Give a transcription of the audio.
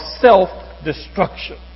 self-destruction